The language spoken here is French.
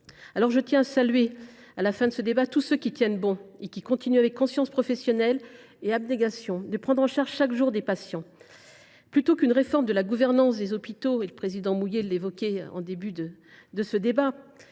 débat, je tiens à saluer tous ceux qui tiennent bon et qui continuent, avec conscience professionnelle et abnégation, de prendre en charge chaque jour des patients. Plutôt qu’une réforme de la gouvernance des hôpitaux – le président Mouiller l’évoquait au début de ce débat